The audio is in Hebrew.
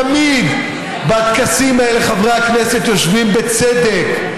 תמיד בטקסים האלה חברי הכנסת יושבים, בצדק,